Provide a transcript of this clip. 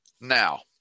Now